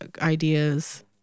ideas